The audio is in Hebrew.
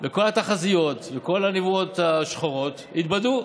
כל התחזיות וכל הנבואות השחורות התבדו.